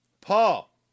Paul